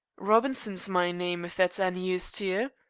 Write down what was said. robinson's my name, if that's anny use to